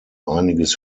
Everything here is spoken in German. einiges